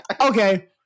Okay